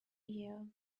year